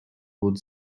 would